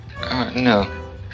no